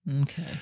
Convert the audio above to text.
Okay